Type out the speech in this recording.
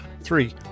three